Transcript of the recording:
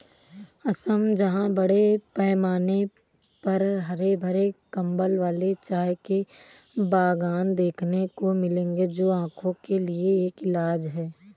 असम जहां बड़े पैमाने पर हरे भरे कंबल वाले चाय के बागान देखने को मिलेंगे जो आंखों के लिए एक इलाज है